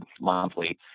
monthly